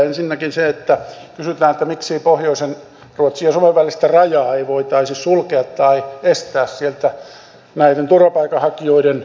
ensinnäkin kysytään miksi pohjoisen ruotsin ja suomen välistä rajaa ei voitaisi sulkea tai estää sieltä turvapaikanhakijoiden vyöryä